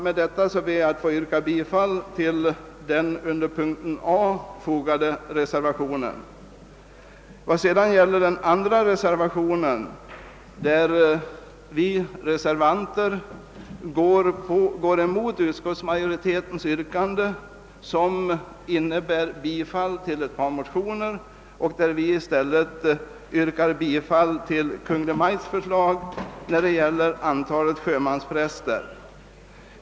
Med dessa ord ber jag att få yrka bifall till reservationen vid mom. A. I den andra reservationen, som rör antalet sjömanspräster, går vi emot utskottsmajoritetens tillstyrkande av ett par motioner och yrkar i stället bifall till Kungl. Maj:ts förslag.